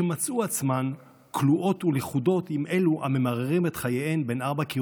שמצאו עצמן כלואות ולכודות עם אלו הממררים את חייהן בין ארבעה קירות,